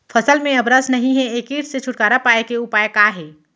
फसल में अब रस नही हे ये किट से छुटकारा के उपाय का हे?